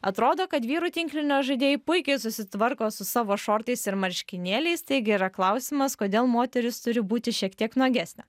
atrodo kad vyrų tinklinio žaidėjai puikiai susitvarko su savo šortais ir marškinėliais taigi yra klausimas kodėl moterys turi būti šiek tiek nuogesnės